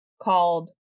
called